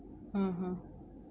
(uh huh)